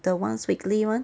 the once weekly [one]